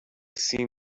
seen